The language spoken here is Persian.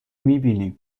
میبینم